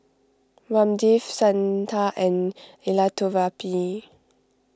Ramdev Santha and Elattuvalapil